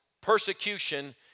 persecution